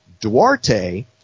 Duarte